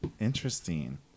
Interesting